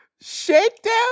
Shakedown